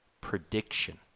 prediction